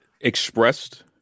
expressed